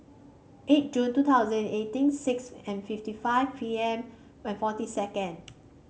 eight June two thousand and eighteen six and fifty five P M and fourteen second